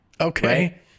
Okay